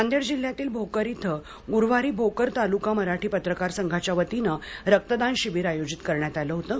नांदेड जिल्ह्यातील भोकर इथं ग्रुवारी भोकर तालुका मराठी पत्रकार संघाच्या वतीनं रक्तदान शिबीर आयोजित करण्यात आलं होतं